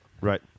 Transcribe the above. Right